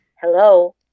Hello